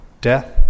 Death